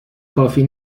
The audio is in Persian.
کافی